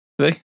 See